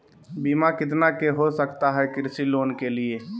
बीमा कितना के हो सकता है कृषि लोन के लिए?